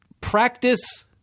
practice